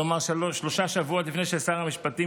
כלומר שלושה שבועות לפני ששר המשפטים